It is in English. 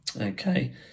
okay